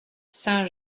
saint